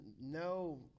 no